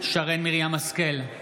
שרן מרים השכל,